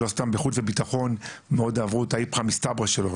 ולא סתם בחוץ ובטחון מאוד אהבו את האיפכא מסתברא שלו,